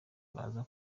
baza